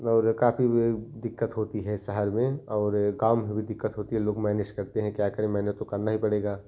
और काफ़ी वही दिक्कत होती है शहर में और काम में भी दिक्कत होती है लोग मैनेज करते हैं क्या करें मैनेज तो करना ही पड़ेगा